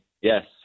yes